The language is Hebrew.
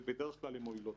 ובדרך כלל הן מועילות.